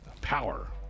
power